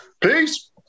Peace